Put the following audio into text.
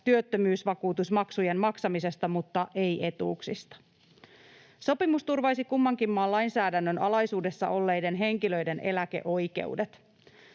työttömyysvakuutusmaksujen maksamisesta mutta ei etuuksista. Sopimus turvaisi kummankin maan lainsäädännön alaisuudessa olleiden henkilöiden eläkeoikeudet.